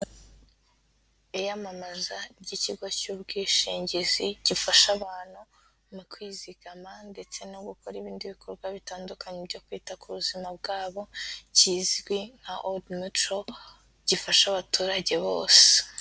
Iyamamaza ry'ikigo cy'ubwishingizi gifasha abantu mu kwizigama ndetse no gukora ibindi bikorwa bitandukanye byo kwita ku buzima bwabo, kizwi nka Old Mutual, gifasha abaturage bose.